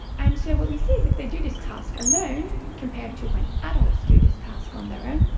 and so what we see is if they do this task alone compared to when adults do this task on their own,